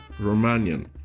Romanian